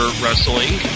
wrestling